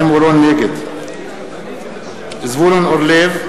נגד זבולון אורלב,